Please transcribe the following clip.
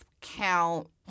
count